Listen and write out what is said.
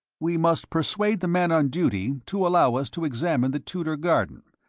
we must persuade the man on duty to allow us to examine the tudor garden,